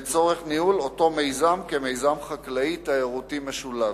לצורך ניהול אותו מיזם כמיזם חקלאי-תיירותי משולב.